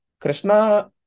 Krishna